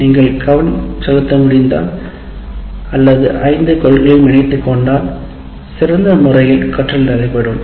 நீங்கள் கவனம் செலுத்த முடிந்தால் அல்லது ஐந்து கொள்கைகளையும் இணைத்து இணைத்துக் கொண்டால் சிறந்த முறையில் கற்றல் நடைபெறும்